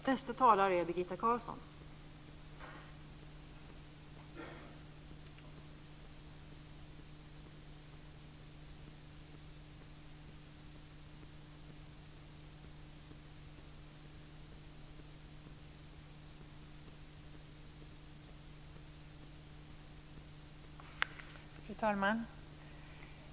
Fru talman!